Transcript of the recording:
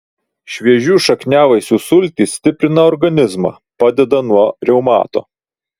šviežių šakniavaisių sultys stiprina organizmą padeda nuo reumato